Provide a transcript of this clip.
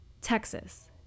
Texas